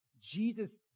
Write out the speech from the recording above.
Jesus